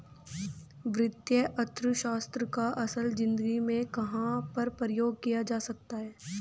वित्तीय अर्थशास्त्र का असल ज़िंदगी में कहाँ पर प्रयोग किया जा सकता है?